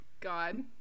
God